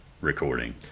recording